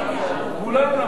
מתוכן.